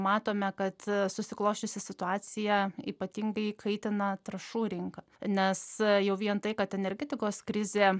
matome kad susiklosčiusi situacija ypatingai įkaitina trąšų rinką nes jau vien tai kad energetikos krizė